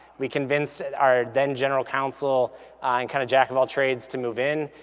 we convinced our then general council and kind of jack of all trades to move in.